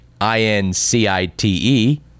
I-N-C-I-T-E